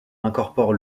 incorpore